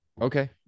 Okay